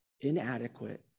inadequate